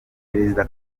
perezida